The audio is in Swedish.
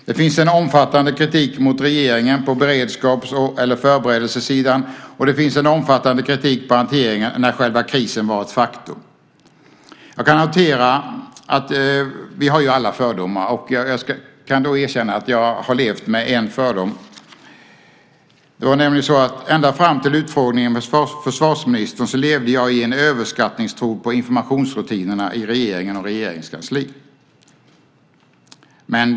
Det finns en omfattande kritik mot regeringen på beredskaps eller förberedelsesidan, och det finns en omfattande kritik mot hanteringen när själva krisen var ett faktum. Vi har ju alla fördomar, och jag kan erkänna att jag har levt med en fördom. Ända fram till utfrågningen med försvarsministern levde jag i en överskattningstro på informationsrutinerna i regeringen och Regeringskansliet.